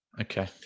Okay